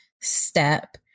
step